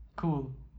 cool